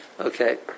Okay